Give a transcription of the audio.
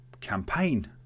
campaign